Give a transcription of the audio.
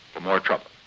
more trouble,